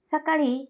सकाळी